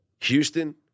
Houston